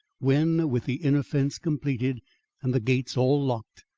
when with the inner fence completed and the gates all locked,